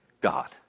God